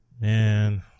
man